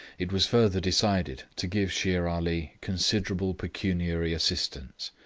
it was further decided to give shere ali considerable pecuniary assistance,